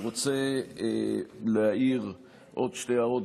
אני רוצה להעיר עוד שתי הערות,